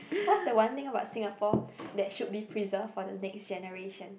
what's the one thing about Singapore that should be preserved for the next generation